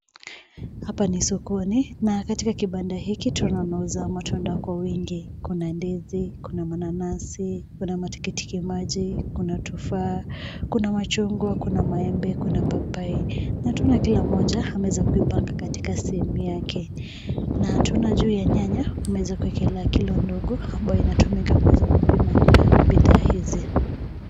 Hapa ni sokoni, na katika kibanda hiki tunauza matunda kwa wingi. Kuna ndizi, kuna mananasi, kuna matikitimaji, kuna tufaha, kuna machungwa, kuna maembe, na kuna papai. Na tunaona kila moja limepangwa katika sehemu yake. Na tunaona juu ya nyanya ameweza kuekelea kilo ndogo ambayo inatumika kuweza kupima bidhaa hizi.